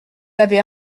avez